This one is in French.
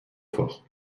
fort